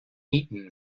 eton